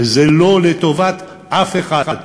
שזה לא לטובת אף אחד,